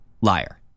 liar